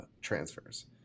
transfers